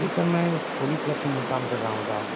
جی sir میں polio plus میں ہی کام کر رہا ہوں صاحب